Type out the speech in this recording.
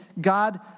God